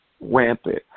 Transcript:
rampant